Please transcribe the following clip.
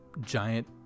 giant